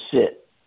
sit